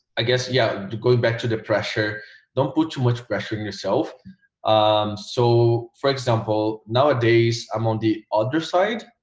i guess yeah going back to the pressure don't put too much pressure on yourself um so for example nowadays i'm on the other side